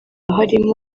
harimo